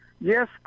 Yes